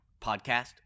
podcast